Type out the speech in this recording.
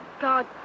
god